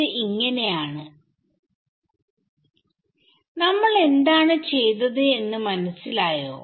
ഇത് ആണ് നമ്മൾ എന്താണ് ചെയ്തത് എന്ന് മനസ്സിലായോ